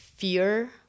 Fear